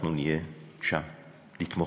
אנחנו נהיה שם לתמוך,